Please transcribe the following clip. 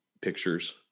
pictures